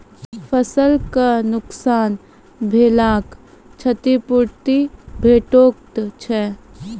फसलक नुकसान भेलाक क्षतिपूर्ति भेटैत छै?